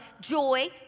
joy